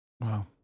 Wow